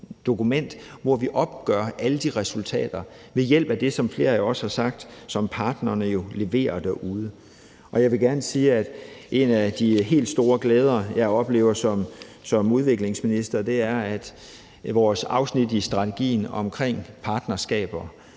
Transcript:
hvori vi opgør alle de resultater ved hjælp af det – som flere af jer også har sagt – som partnerne jo leverer derude. Jeg vil gerne sige, at en af de helt store glæder, jeg oplever som udviklingsminister, er vores afsnit i strategien om partnerskaber